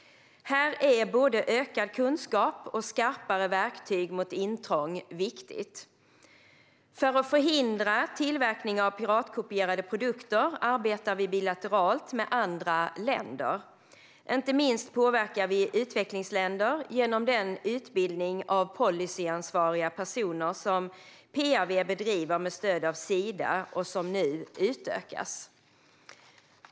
Här är både ökad kunskap och skarpare verktyg mot intrång viktigt. För att förhindra tillverkning av piratkopierade produkter arbetar vi bilateralt. Inte minst påverkar vi utvecklingsländer genom den utbildning av policyansvariga personer som PRV bedriver med stöd av Sida och som nu utökas.